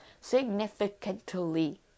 significantly